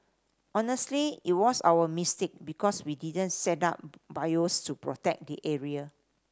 honestly it was our mistake because we didn't set up buoys to protect the area